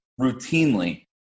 routinely